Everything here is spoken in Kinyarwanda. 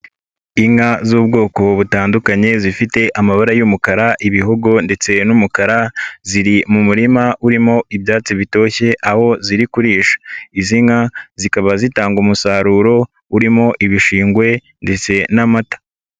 Inka z'ubwoko butandukanye zifite amabara y'umukara, ibihogo ndetse n'umukara ziri mu murima urimo ibyatsi bitoshye aho ziri kurisha, izi nka zikaba zitanga umusaruro urimo ibishingwe ndetse n'amata.